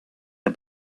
der